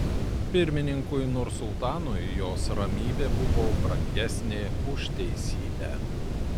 pirmininkui nursultanui jos ramybė buvo brangesnė už teisybę